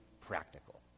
practical